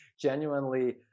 genuinely